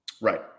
right